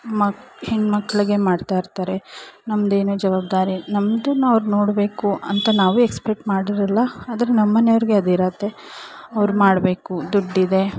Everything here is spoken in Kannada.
ಮಕ್ ಹೆಣ್ಮಕ್ಳಿಗೆ ಮಾಡ್ತಾಯಿರ್ತಾರೆ ನಮ್ಮದೇನು ಜವಾಬ್ದಾರಿ ನಮ್ದನ್ನು ಅವ್ರು ನೋಡಬೇಕು ಅಂತ ನಾವೇ ಎಕ್ಸ್ಪೆಕ್ಟ್ ಮಾಡಿರೋಲ್ಲ ಆದ್ರೆ ನಮ್ಮ ಮನೆಯವ್ರಿಗೆ ಅದಿರುತ್ತೆ ಅವ್ರು ಮಾಡಬೇಕು ದುಡ್ಡಿದೆ